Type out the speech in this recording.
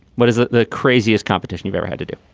what is ah the craziest competition you've ever had to do?